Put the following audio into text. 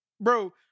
Bro